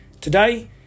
Today